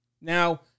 Now